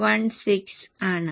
16 ആണ്